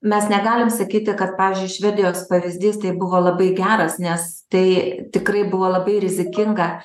mes negalim sakyti kad pavyzdžiui švedijos pavyzdys tai buvo labai geras nes tai tikrai buvo labai rizikinga